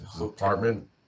apartment